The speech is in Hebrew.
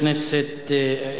בבקשה.